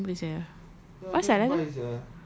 oh my god I remember sia asal eh